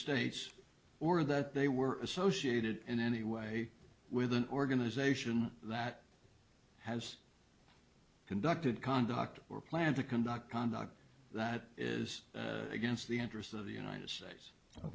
states or that they were associated in any way with an organization that has conducted conduct or plan to conduct conduct that is against the interests of the united states